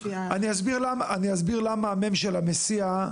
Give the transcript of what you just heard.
אני אסביר למה המ' של המסיע,